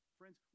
friends